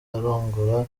arongora